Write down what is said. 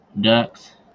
ducks